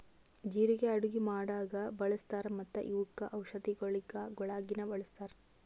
ಜೀರಿಗೆ ಅಡುಗಿ ಮಾಡಾಗ್ ಬಳ್ಸತಾರ್ ಮತ್ತ ಇವುಕ್ ಔಷದಿಗೊಳಾಗಿನು ಬಳಸ್ತಾರ್